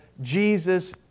Jesus